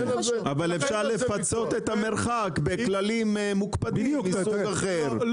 אבל אפשר לפצות את המרחק בכללים מוקפדים מסוג אחר,